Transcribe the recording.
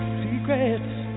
secrets